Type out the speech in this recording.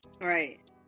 Right